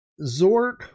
Zork